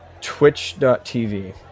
Twitch.tv